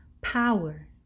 power